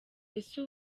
ese